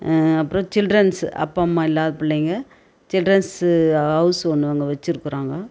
அப்புறம் சில்ட்ரென்ஸ் அப்பா அம்மா இல்லாத பிள்ளைங்க சில்ட்ரென்ஸு ஹவுஸ் ஒன்று அங்கே வச்சிருக்கிறாங்க